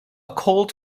cold